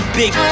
big